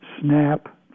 SNAP